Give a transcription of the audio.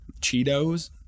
cheetos